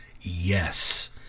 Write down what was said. yes